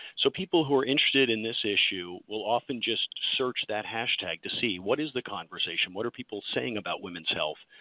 so people who are interested in this issue will often just search that hashtag to see, what is the conversation, what are people saying about women's health.